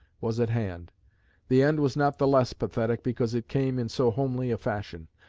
was at hand the end was not the less pathetic because it came in so homely a fashion.